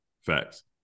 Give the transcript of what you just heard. Facts